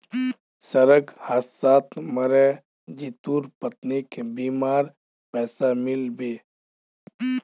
सड़क हादसात मरे जितुर पत्नीक बीमार पैसा मिल बे